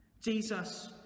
Jesus